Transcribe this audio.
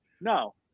No